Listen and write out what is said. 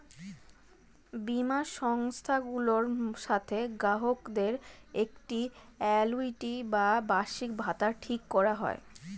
বীমা সংস্থাগুলোর সাথে গ্রাহকদের একটি আ্যানুইটি বা বার্ষিকভাতা ঠিক করা হয়